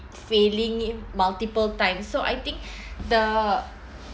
failing it multiple times so I think the